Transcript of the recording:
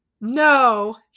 No